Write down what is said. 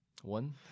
One